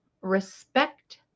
respect